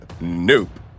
Nope